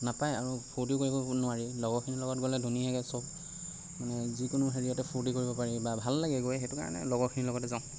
নাপায় আৰু ফুৰ্তিও কৰিব নোৱাৰি লগৰখিনি লগত গ'লে ধুনীয়াকৈ সব মানে যিকোনো হেৰিয়তে ফুৰ্তি কৰিব পাৰি বা ভাল লাগে গৈ সেইটো কাৰণে লগৰখিনি লগতে যাওঁ